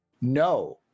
no